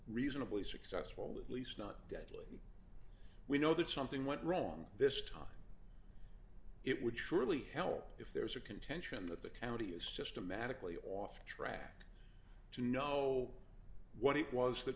reasonably successful at least not deadly we know that something went wrong this time it would surely help if there's a contention that the county is systematically off track to know what it was that